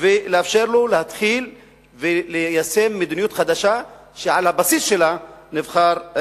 צבר ולאפשר לו להתחיל ליישם מדיניות חדשה שעל הבסיס שלה הוא נבחר,